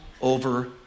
over